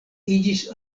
iĝis